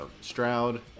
Stroud